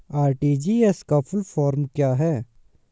RTGS का full form क्या है?